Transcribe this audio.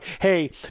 hey